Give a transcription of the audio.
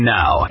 now